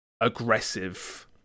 aggressive